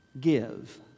give